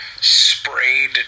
sprayed